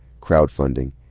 crowdfunding